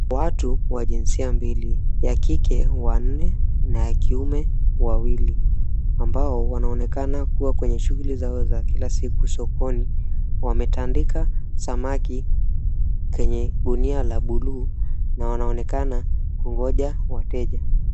Watu wa jinsia mbili wa kike wanne na ya kiume wawili ambao wanaonekana kuwa kwenye shughuli zao za kila siku sokoni, wametandika samaki kwenye gunia la buluu na wanaonekana kungoja wateja.